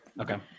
Okay